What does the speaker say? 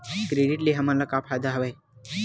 Credit ले हमन का का फ़ायदा हवय?